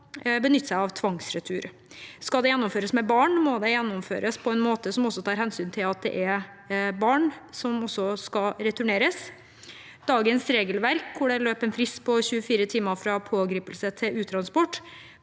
benytte seg av tvangsretur. Skal det gjennomføres med barn, må det gjennomføres på en måte som tar hensyn til at det er barn som skal returneres. Dagens regelverk, hvor det løper en frist på 24 timer fra pågripelse til uttransport,